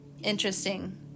interesting